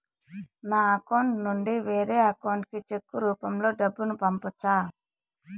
నా అకౌంట్ నుండి వేరే అకౌంట్ కి చెక్కు రూపం లో డబ్బును పంపొచ్చా?